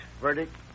verdict